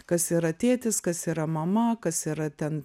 kas yra tėtis kas yra mama kas yra ten